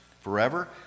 forever